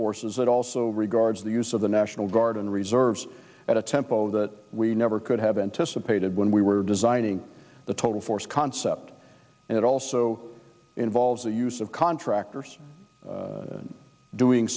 forces it also regards the use of the national guard and reserves at a tempo that we never could have anticipated when we were designing the total force concept and it also involves the use of contractors doing